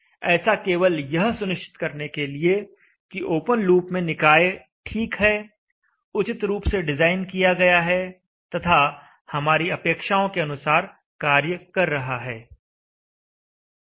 ऐसा केवल यह सुनिश्चित करने के लिए कि ओपन लूप में निकाय ठीक है उचित रूप से डिजाइन किया गया है तथा हमारी अपेक्षाओं के अनुसार कार्य कर रहा है